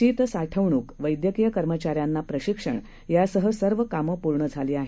शीतसाठवणूक वैद्यकीय कर्मचाऱ्यांना प्रशिक्षण यासह सर्व कामं पूर्ण झाली आहेत